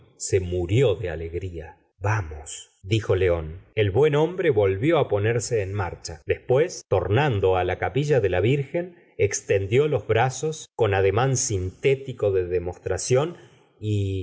se murió de alegria vamos dijo león el buen hombre volvió á ponerse en marcha después tornanda á la capilla de la virgen extendió los brazos con ademán sintético de demostración y